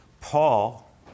Paul